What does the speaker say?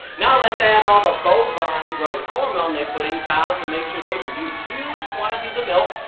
now let's add all the bovine growth hormone they put in cows to make sure they provide huge huge quantities of milk,